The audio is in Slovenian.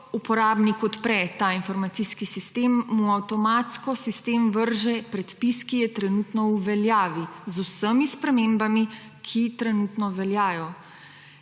uporabnik odpre ta informacijski sistem, mu avtomatsko sistem vrže predpis, ki je trenutno v veljavi z vsemi spremembami, ki trenutno veljajo.